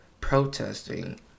protesting